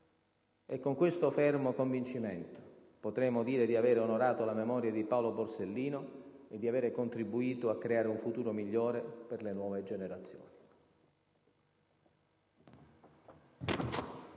Con questo fermo convincimento, potremo dire di aver onorato la memoria di Paolo Borsellino e di avere contribuito a creare un futuro migliore per le nuove generazioni.